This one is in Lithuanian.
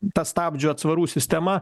ta stabdžių atsvarų sistema